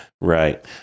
right